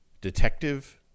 Detective